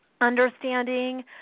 understanding